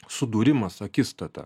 sudūrimas akistata